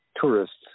Tourists